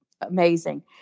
amazing